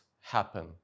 happen